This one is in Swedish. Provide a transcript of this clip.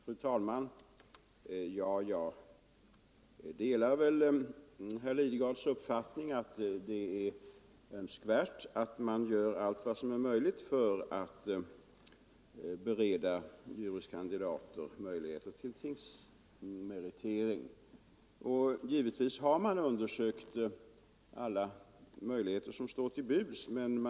Fru talman! Jag delar väl herr Lidgards uppfattning att det är önskvärt att man gör allt vad som är möjligt för att bereda juris kandidater möjligheter till tingsmeritering. Givetvis har man undersökt alla möjligheter som står till buds.